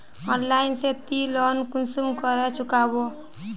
Online से ती loan कुंसम करे चुकाबो?